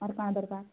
ଆର କାଣା ଦରକାର